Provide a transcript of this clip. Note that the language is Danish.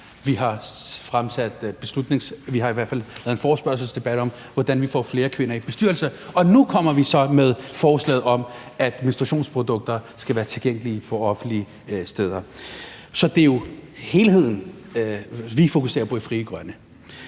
anonymiserede ansøgninger, vi har lavet en forespørgselsdebat om, hvordan vi får flere kvinder i bestyrelser, og nu kommer vi så med forslaget om, at menstruationsprodukter skal være tilgængelige på offentlige steder. Så det er jo helheden, vi fokuserer på i Frie Grønne.